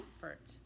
comfort